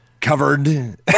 covered